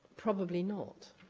probably not,